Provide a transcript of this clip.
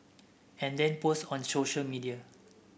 and then post on social media